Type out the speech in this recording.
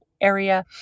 area